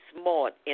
smart